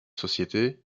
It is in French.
sociétés